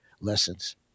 lessons